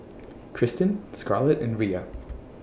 Kristan Scarlett and Riya